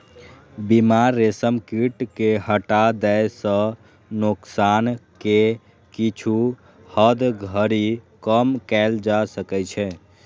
बीमार रेशम कीट कें हटा दै सं नोकसान कें किछु हद धरि कम कैल जा सकै छै